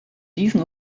diesen